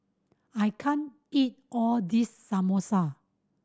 I can't eat all this Samosa